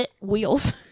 wheels